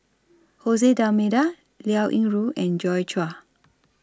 Jose D'almeida Liao Yingru and Joi Chua